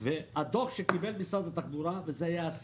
והדוח שקיבל משרד התחבורה היו הסיכום.